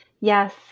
Yes